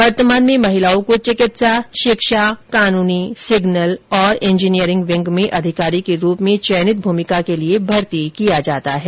वर्तमान में महिलाओं को चिकित्सा शिक्षा कानूनी सिग्नल और इंजीनियरिंग विंग में अधिकारी के रूप में चयनित भूमिका के लिए भर्ती किया जाता है